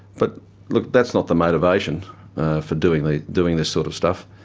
but look, that's not the motivation for doing ah doing this sort of stuff.